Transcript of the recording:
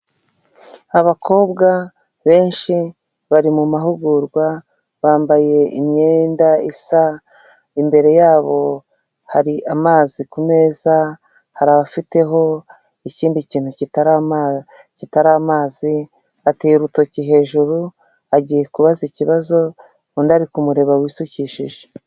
Abakobwa benshi bari mu mahugurwa, bambaye imyenda isa, imbere yabo hari amazi ku meza, hari abafiteho ikindi kintu kitari amazi, ateye urutoki hejuru agiye kubaza ikibazo, undi ari kumureba wisukishije.